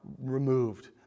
removed